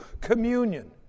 communion